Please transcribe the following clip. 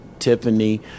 tiffany